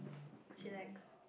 chillax